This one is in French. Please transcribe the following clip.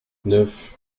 neuf